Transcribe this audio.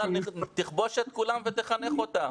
תכבוש את כולם ותחנך אותם.